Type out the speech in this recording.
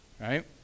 Right